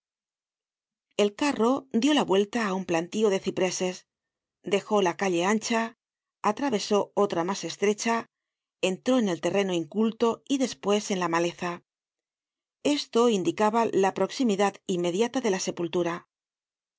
el carro dió la vuelta á un plantío de cipreses dejó la calle ancha atravesó otra mas estrecha entró en el terreno inculto y despues en la maleza esto indicaba la proximidad inmediata de la sepultura